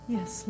Yes